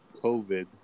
COVID